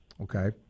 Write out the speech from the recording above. okay